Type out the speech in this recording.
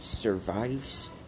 survives